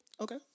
Okay